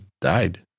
died